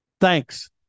Thanks